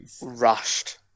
...rushed